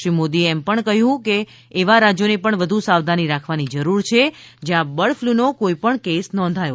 શ્રી મોદીએ એમ પણ જણાવ્યું કે એવા રાજ્યોને પણ વધુ સાવધાની રાખવાની જરૂર છે જ્યાં બર્ડફ્લુનો કોઇ કેસ નથી નોંધાયો